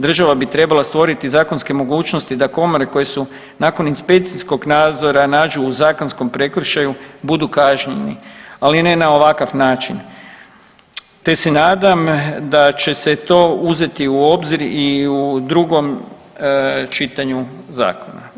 Država bi trebala stvoriti zakonske mogućnosti da komore, koje su nakon inspekcijskog nadzora nađu u zakonskom prekršaju, budu kažnjeni, ali ne na ovakav način te se nadam da će se to uzeti u obzir i u drugom čitanju zakona.